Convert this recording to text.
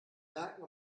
merken